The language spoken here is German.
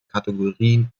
kategorien